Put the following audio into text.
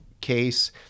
case